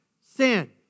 sin